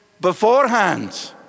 beforehand